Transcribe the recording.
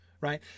right